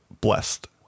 blessed